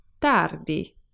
tardi